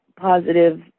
positive